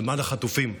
למען החטופים.